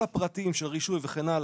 כל הפרטים של רישוי ו כן הלאה,